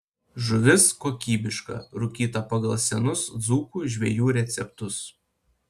žuvis kokybiška rūkyta pagal senus dzūkų žvejų receptus